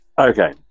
Okay